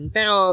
Pero